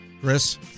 Chris